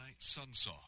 Sunsoft